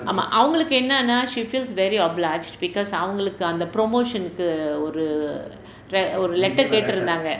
ஆமாம் அவங்களுக்கு என்னன்னா:aamaam avangalukku enannannaa she feels very obliged because அவங்களுக்கு அந்த:avangalukku antha promotion க்கு ஒரு ஒரு:kku oru oru letter கேட்டிருந்தாங்க:kaettirunthaanga